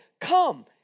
come